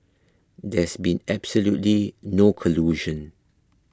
there's been absolutely no collusion